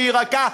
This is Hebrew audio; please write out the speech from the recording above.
שהיא רכה,